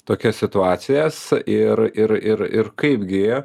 tokias situacijas ir ir ir ir kaipgi